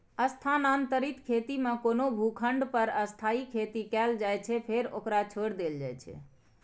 स्थानांतरित खेती मे कोनो भूखंड पर अस्थायी खेती कैल जाइ छै, फेर ओकरा छोड़ि देल जाइ छै